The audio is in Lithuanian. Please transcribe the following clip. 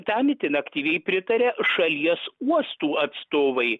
tam itin aktyviai pritaria šalies uostų atstovai